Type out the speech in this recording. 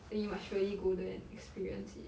then you must really go there and experience it